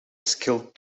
skilled